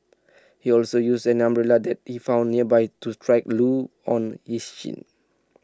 he also used an umbrella that he found nearby to strike Loo on his shin